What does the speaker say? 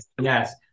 Yes